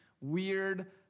weird